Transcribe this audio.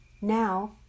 Now